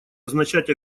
означать